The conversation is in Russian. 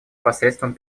посредством